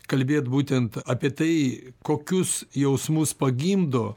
kalbėt būtent apie tai kokius jausmus pagimdo